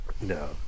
No